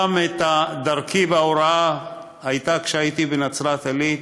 גם דרכי בהוראה הייתה כשהייתי בנצרת-עילית,